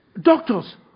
Doctors